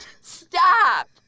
Stop